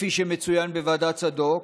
כפי שמצוין בדוח ועדת צדוק,